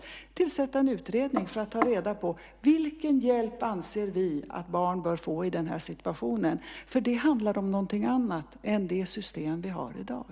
Vi kan tillsätta en utredning för att ta reda på vilken hjälp vi anser att barn bör få i den här situationen. Det handlar om någonting annat än det system vi har i dag.